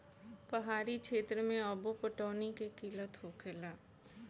पहाड़ी क्षेत्र मे अब्बो पटौनी के किल्लत होखेला